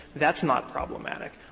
that's not problematic.